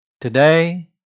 today